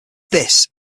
this